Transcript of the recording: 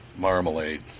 Marmalade